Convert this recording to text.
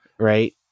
Right